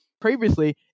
previously